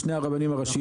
שני הרבנים הראשיים,